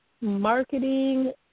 marketing